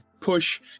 push